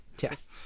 Yes